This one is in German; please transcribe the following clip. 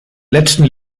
letzten